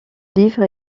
livre